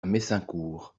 messincourt